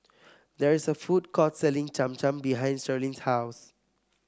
there is a food court selling Cham Cham behind Sharlene's house